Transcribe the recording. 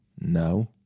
No